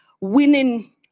winning